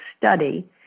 study